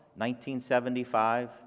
1975